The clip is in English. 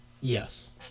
Yes